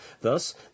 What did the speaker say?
Thus